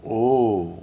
oh